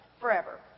forever